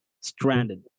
stranded